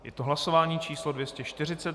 Je to hlasování číslo 240.